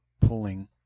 pulling